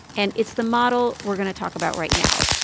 and it's the model we're going to talk about right now.